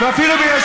ואפילו ביש